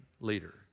leader